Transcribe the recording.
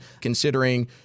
considering